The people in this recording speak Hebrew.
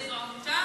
לא מתנצל,